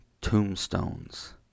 tombstones